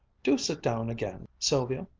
do sit down again. sylvia,